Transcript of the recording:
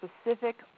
specific